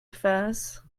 affairs